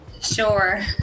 Sure